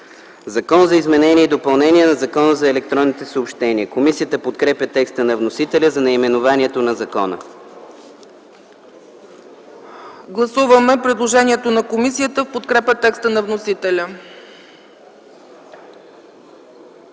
Закон за изменение и допълнение на Закона за електронните съобщения.” Комисията подкрепя текста на вносителя за наименованието на закона. ПРЕДСЕДАТЕЛ ЦЕЦКА ЦАЧЕВА: Гласуваме предложението на комисията в подкрепа текста на вносителя.